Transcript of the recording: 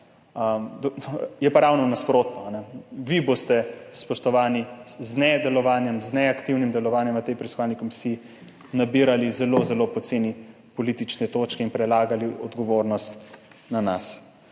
Je pa ravno nasprotno, vi boste, spoštovani, z nedelovanjem, z neaktivnim delovanjem v tej preiskovalni komisiji nabirali zelo, zelo poceni politične točke in prelagali odgovornost na nas.